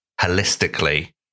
holistically